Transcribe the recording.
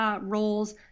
Roles